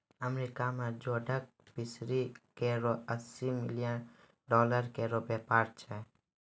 America में जोडक fishery केरो अस्सी मिलियन डॉलर केरो व्यापार छै